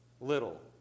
little